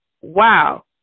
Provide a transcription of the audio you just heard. wow